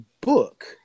book